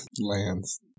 lands